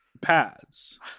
pads